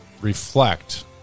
reflect